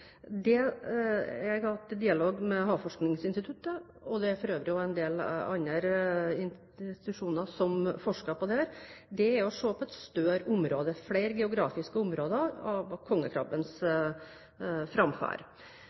innsatsen. Jeg har hatt dialog med Havforskningsinstituttet. Det er for øvrig også en del andre institusjoner som forsker på dette. Man må se på et større område, flere geografiske områder, hva gjelder kongekrabbens framferd.